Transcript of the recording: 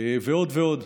ועוד ועוד.